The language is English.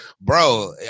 bro